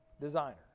designer